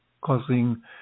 causing